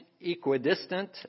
equidistant